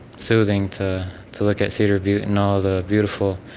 soothing to to look at cedar view and all the beautiful